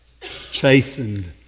Chastened